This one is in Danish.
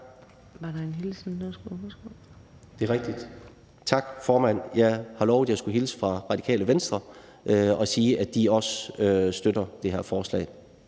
Var der en hilsen med?). Det er rigtigt. Tak, formand. Jeg har lovet at hilse fra Radikale Venstre og sige, at de også støtter det her forslag.